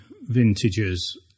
vintages